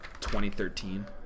2013